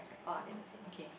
all of them the same